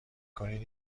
کنید